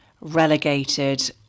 relegated